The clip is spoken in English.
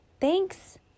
Thanks